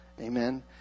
Amen